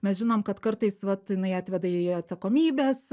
mes žinom kad kartais vat jinai atveda į atsakomybes